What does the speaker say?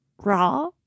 raw